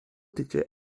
digit